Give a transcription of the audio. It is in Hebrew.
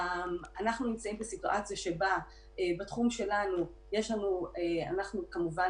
אנחנו נמצאים בסיטואציה שבה בתחום שלנו אנחנו כמובן